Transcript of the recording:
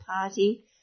Party